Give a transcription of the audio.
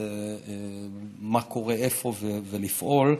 מה קורה ואיפה לפעול.